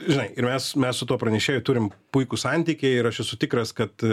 žinai ir mes mes su tuo pranešėju turim puikų santykį ir aš esu tikras kad